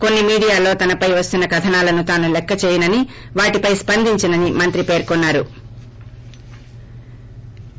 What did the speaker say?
కొన్ని మీడియాల్లో తనపై వస్తున్న కథనాలను తాను లెక్కచేయనని వాటిపై స్సందించనని మంత్రి పేర్కొన్నారు